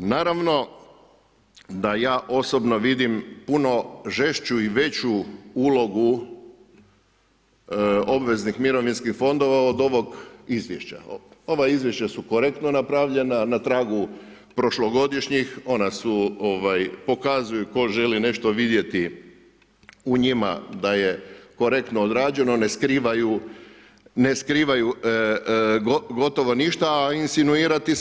Naravno da ja osobno vidim puno žešću i veću ulogu obveznih mirovinskih fondova od ovog izvješća, ova izvješća su korektno napravljena na tragu prošlogodišnjih, ona su pokazuju tko želi nešto vidjeti u njima da je korektno odrađeno, ne skrivaju gotovo ništa, a insinuirati